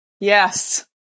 Yes